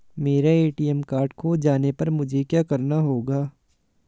मेरा ATM card खो जाने पर मुझे क्या करना होगा?